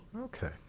Okay